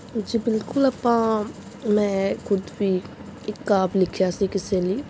ਜੀ ਬਿਲਕੁਲ ਆਪਾਂ ਮੈਂ ਖੁਦ ਵੀ ਇੱਕ ਕਾਵਿ ਲਿਖਿਆ ਸੀ ਕਿਸੇ ਲਈ